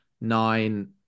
nine